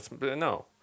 no